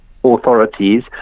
authorities